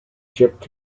shipped